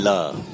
Love